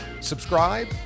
subscribe